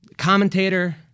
Commentator